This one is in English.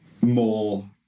more